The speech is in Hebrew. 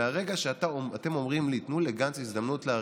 מרגע שאתם אומרים לי: תנו לגנץ הזדמנות להרכיב,